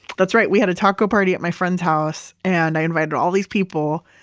that's right. we had a taco party at my friend's house, and i invited all these people.